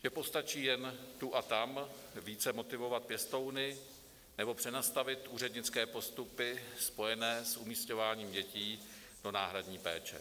Že postačí jen tu a tam více motivovat pěstouny nebo přenastavit úřednické postupy spojené s umísťováním dětí do náhradní péče.